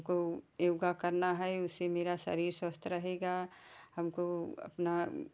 हमको योग करना है उससे मेरा शरीर स्वस्थ रहेगा हमको अपना